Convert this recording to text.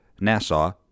Nassau